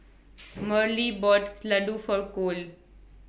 Marilee bought Ladoo For Cole